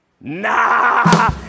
Nah